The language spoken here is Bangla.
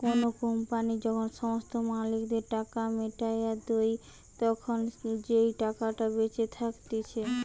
কোনো কোম্পানি যখন সমস্ত মালিকদের টাকা মিটাইয়া দেই, তখন যেই টাকাটা বেঁচে থাকতিছে